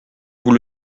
vous